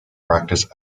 practice